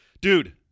dude